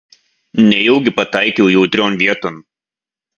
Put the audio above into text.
nejaugi pataikiau jautrion vieton